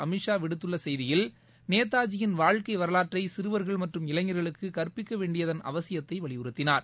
அமித்ஷா விடுத்துள்ள செய்தியில் நேதாஜியின் வாழ்க்கை வரலாற்றை சிறுவர்கள் மற்றும் இளைஞர்களுக்கு கற்பிக்க வேண்டியதன் அவசியத்தை வலியுறுத்தினார்